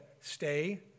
stay